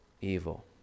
evil